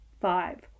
Five